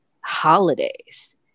holidays